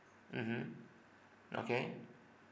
mmhmm okay